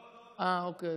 לא, לא, אה, אוקיי.